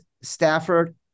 Stafford